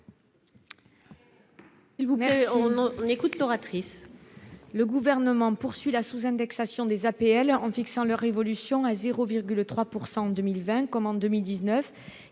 Il vous plaît, on on écoute l'oratrice